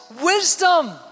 wisdom